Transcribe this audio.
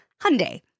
Hyundai